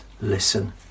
listen